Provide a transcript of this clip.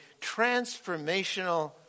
transformational